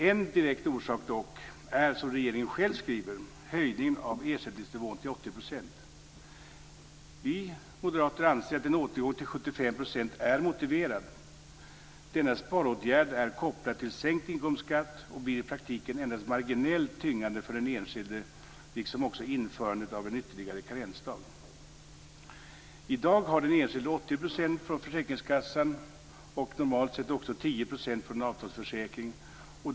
En direkt orsak är dock, som regeringen själv skriver, höjningen av ersättningsnivån till 80 %. Vi moderater anser att en återgång till 75 % är motiverad. Denna sparåtgärd är kopplad till sänkt inkomstskatt och blir i praktiken endast marginellt tyngande för den enskilde liksom också införande av en ytterligare karensdag. I dag har den enskilde 80 % från försäkringskassan och normalt sett också 10 % från avtalsförsäkring.